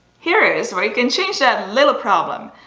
here is where you can change that little problem.